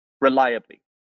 reliably